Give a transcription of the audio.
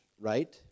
right